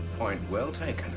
point well taken.